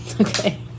Okay